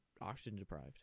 oxygen-deprived